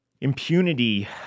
impunity